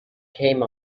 came